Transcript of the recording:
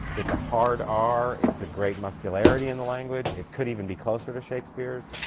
it's a hard r, it's a great muscularity in the language. it could even be closer to shakespeare's.